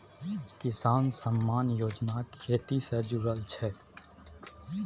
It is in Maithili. किसान सम्मान योजना खेती से जुरल छै